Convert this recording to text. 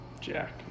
Jack